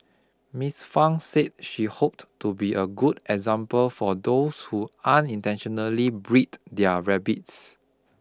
Miss Fang said she hoped to be a good example for those who unintentionally breed their rabbits